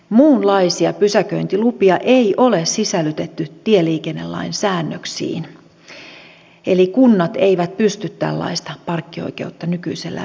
muunlaisia pysäköintilupia ei ole sisällytetty tieliikennelain säännöksiin eli kunnat eivät pysty tällaista parkkioikeutta nykyisellään myöntämään